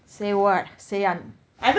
say what say I'm